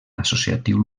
associatiu